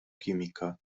química